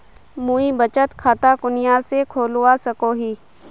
मुई बचत खता कुनियाँ से खोलवा सको ही?